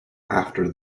after